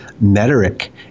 Metric